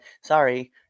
Sorry